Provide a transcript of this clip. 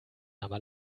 aber